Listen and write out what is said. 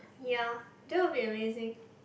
ya that will be amazing